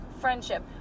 friendship